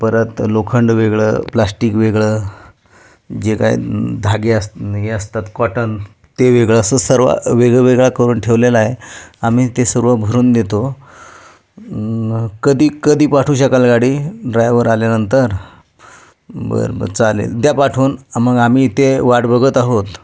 परत लोखंड वेगळं प्लास्टिक वेगळं जे काय धागे असत हे असतात कॉटन ते वेगळं असं सर्व वेगळं वेगळा करून ठेवलेलं आहे आम्ही ते सर्व भरून देतो कधी कधी पाठवू शकाल गाडी ड्रायवर आल्यानंतर बरं बरं चालेल द्या पाठवून मग आम्ही ते वाट बघत आहोत